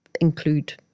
include